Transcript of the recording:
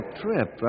trip